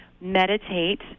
meditate